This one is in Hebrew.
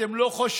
אתם לא חושבים?